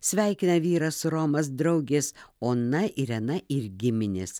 sveikina vyras romas draugės ona irena ir giminės